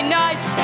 nights